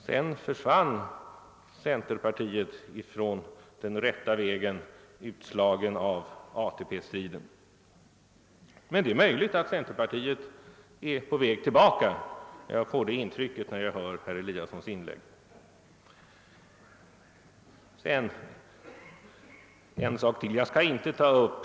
Sedan försvann centerpartiet från den rätta vägen i samband med ATP striden. Men det är möjligt att centerpartiet är på väg tillbaka; jag får det intrycket när jag hör herr Eliasson i Sundborn tala.